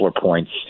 points